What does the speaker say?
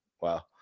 wow